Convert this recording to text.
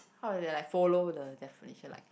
how to say like follow the definition like